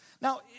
Now